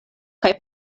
kaj